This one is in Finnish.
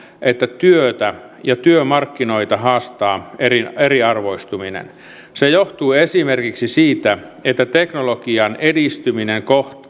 että työtä ja työmarkkinoita haastaa eriarvoistuminen se johtuu esimerkiksi siitä että teknologian edistyminen